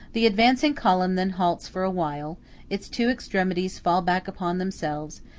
the advancing column then halts for a while its two extremities fall back upon themselves,